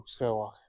Skywalker